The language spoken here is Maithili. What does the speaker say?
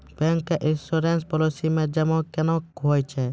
बैंक के इश्योरेंस पालिसी मे जमा केना होय छै?